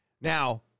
Now